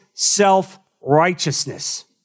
self-righteousness